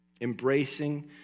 Embracing